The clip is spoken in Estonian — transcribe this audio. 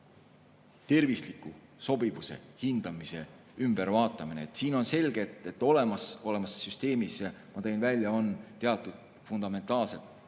tervisliku sobivuse hindamise ümbervaatamine. Siin on selge, et olemasolevas süsteemis, ma tõin välja, on teatud fundamentaalsed